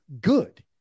good